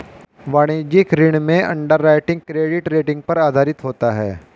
वाणिज्यिक ऋण में अंडरराइटिंग क्रेडिट रेटिंग पर आधारित होता है